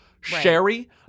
Sherry